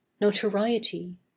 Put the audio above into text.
notoriety